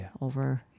over